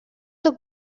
duc